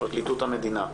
מפרקליטות המדינה,